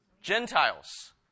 Gentiles